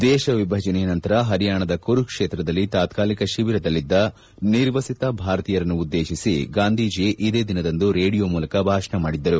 ದೇಶ ವಿಭಜನೆಯ ನಂತರ ಪರಿಯಾಣದ ಕುರುಕ್ಷೇತ್ರದಲ್ಲಿ ತಾತ್ಕಾಲಿಕ ತಿಬಿರದಲ್ಲಿದ್ದ ನಿರ್ವಸಿತ ಭಾರತೀಯರನ್ನು ಉದ್ದೇಶಿಸಿ ಗಾಂಧೀಜೆ ಇದೇ ದಿನದಂದು ರೇಡಿಯೋ ಮೂಲಕ ಭಾಷಣ ಮಾಡಿದ್ದರು